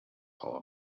power